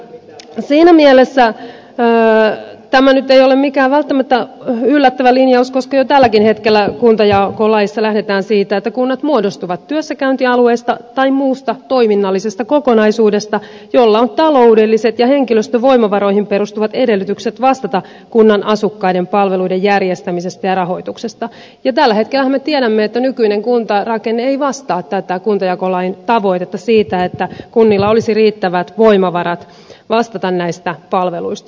siinä mielessä tämä nyt ei ole välttämättä mikään yllättävä linjaus koska jo tälläkin hetkellä kuntajakolaissa lähdetään siitä että kunnat muodostuvat työssäkäyntialueista tai muusta toiminnallisesta kokonaisuudesta jolla on taloudelliset ja henkilöstövoimavaroihin perustuvat edellytykset vastata kunnan asukkaiden palveluiden järjestämisestä ja rahoituksesta ja tällä hetkellähän me tiedämme että nykyinen kuntarakenne ei vastaa tätä kuntajakolain tavoitetta siitä että kunnilla olisi riittävät voimavarat vastata näistä palveluista